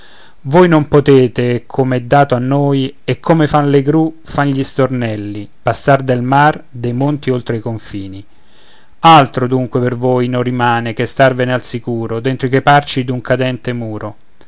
voi non potete come è dato a noi e come fan le gru fan gli stornelli passar del mar dei monti oltre i confini altro dunque per voi non rimane che starvene al sicuro dentro i crepacci d'un cadente muro